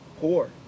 poor